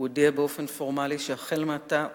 הוא הודיע באופן פורמלי שהחל מעתה,